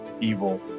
evil